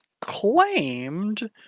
claimed